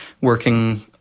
working